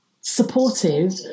supportive